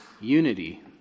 Unity